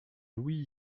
louis